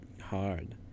hard